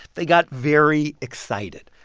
they got very excited.